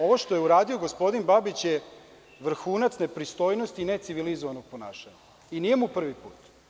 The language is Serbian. Ovo što je uradio gospodin Babić je vrhunac nepristojnosti i necivilizovanog ponašanja i nije mu prvi put.